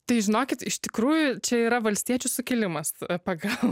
tai žinokit iš tikrųjų čia yra valstiečių sukilimas pagal